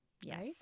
Yes